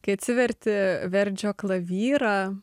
kai atsiverti verdžio klavyrą